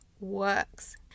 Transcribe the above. works